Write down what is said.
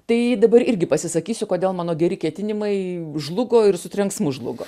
tai dabar irgi pasisakysiu kodėl mano geri ketinimai žlugo ir su trenksmu žlugo